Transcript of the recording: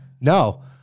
No